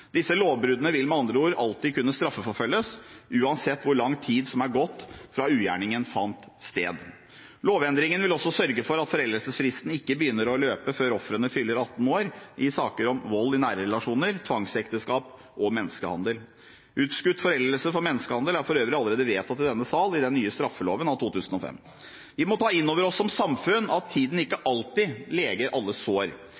Disse lovbruddene vil med andre ord alltid kunne straffeforfølges, uansett hvor lang tid som er gått fra ugjerningen fant sted. Lovendringen vil også sørge for at foreldelsesfristen ikke begynner å løpe før ofrene fyller 18 år i saker om vold i nære relasjoner, tvangsekteskap og menneskehandel. Utskutt foreldelse for menneskehandel er for øvrig allerede vedtatt i denne salen, i den nye straffeloven av 2005. Vi må ta innover oss som samfunn, at tiden ikke alltid leger alle sår.